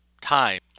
time